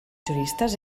juristes